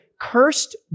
cursed